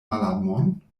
malamon